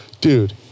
dude